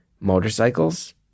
motorcycles